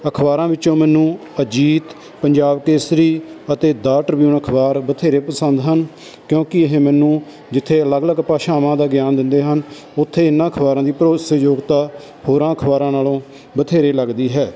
ਅਖਬਾਰਾਂ ਵਿੱਚੋਂ ਮੈਨੂੰ ਅਜੀਤ ਪੰਜਾਬ ਕੇਸਰੀ ਅਤੇ ਦਾ ਟਰਬਿਊਨ ਅਖਬਾਰ ਬਥੇਰੇ ਪਸੰਦ ਹਨ ਕਿਉਂਕਿ ਇਹ ਮੈਨੂੰ ਜਿੱਥੇ ਅਲੱਗ ਅਲੱਗ ਭਾਸ਼ਾਵਾਂ ਦਾ ਗਿਆਨ ਦਿੰਦੇ ਹਨ ਉੱਥੇ ਇਹਨਾਂ ਅਖਬਾਰਾਂ ਦੀ ਭਰੋਸੇਯੋਗਤਾ ਹੋਰਾਂ ਅਖਬਾਰਾਂ ਨਾਲੋਂ ਬਥੇਰੇ ਲੱਗਦੀ ਹੈ